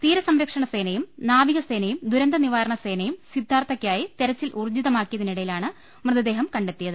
തീരസംരക്ഷണ സേനയും നാവികസേനയും ദുരന്ത നിവാരണ സേനയും സിദ്ധാർത്ഥക്കായി തെരച്ചിൽ ഊർജ്ജിതമാക്കിയതിനിടയിലാണ് മൃതദേഹം കണ്ടെത്തിയത്